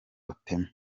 otema